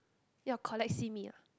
ya collect simi ah